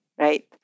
Right